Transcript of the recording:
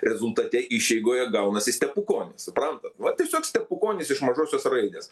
rezultate išeigoje gaunasi stepukonis suprantat va tiesiog stepukonis iš mažosios raidės